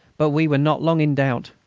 but we were not long in doubt.